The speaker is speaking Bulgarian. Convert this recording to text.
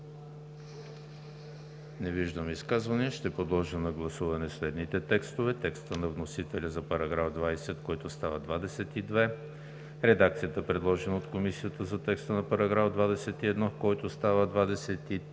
Не виждам. Ще подложа на гласуване следните текстове: текста на вносителя за § 20, който става 22; редакцията, предложена от Комисията за текста на § 21, който става 23;